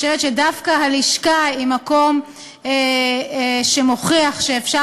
אני חושבת שדווקא הלשכה היא מקום שמוכיח שאפשר